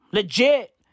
Legit